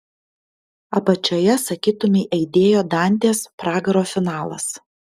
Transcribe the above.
apačioje sakytumei aidėjo dantės pragaro finalas